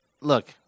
look